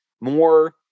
more